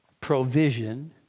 provision